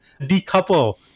decouple